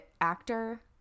actor